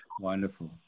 wonderful